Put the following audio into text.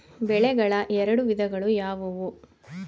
ಬೆಳೆಗಳ ಎರಡು ವಿಧಗಳು ಯಾವುವು?